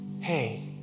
Hey